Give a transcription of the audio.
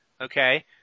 okay